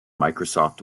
microsoft